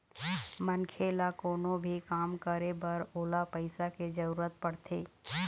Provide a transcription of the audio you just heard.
मनखे ल कोनो भी काम करे बर ओला पइसा के जरुरत पड़थे